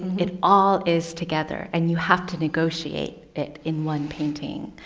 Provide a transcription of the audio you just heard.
it all is together and you have to negotiate it in one painting.